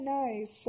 nice